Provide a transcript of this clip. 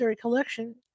collection